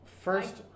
first